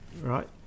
right